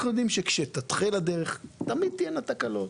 אנחנו יודעים שכשתתחיל הדרך תמיד תהיינה תקלות.